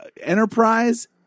Enterprise